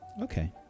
Okay